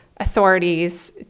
authorities